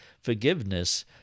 forgiveness